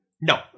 No